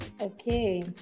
Okay